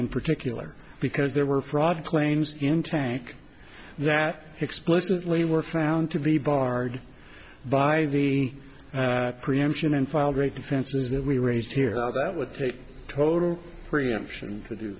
in particular because there were fraud claims in tank that explicitly were found to be barred by the preemption and filed rate defenses that we raised here that would take total preemption to do